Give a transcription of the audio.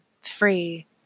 free